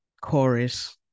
chorus